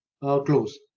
close